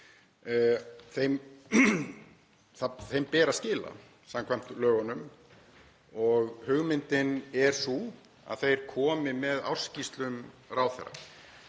Þeim ber að skila samkvæmt lögunum og hugmyndin er sú að þeir komi með ársskýrslum ráðherra.